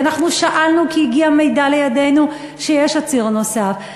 כי אנחנו שאלנו כי הגיע מידע לידינו שיש עציר נוסף,